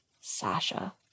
Sasha